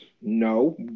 No